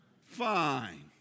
Fine